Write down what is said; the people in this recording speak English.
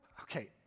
okay